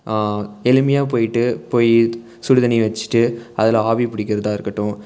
எளிமையாக போய்விட்டு போய் சுடு தண்ணியை வச்சுட்டு அதில் ஆவி பிடிக்கிறதா இருக்கட்டும்